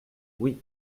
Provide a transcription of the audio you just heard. oui